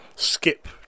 Skip